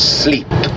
sleep